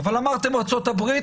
אבל אמרתם "ארצות-הברית",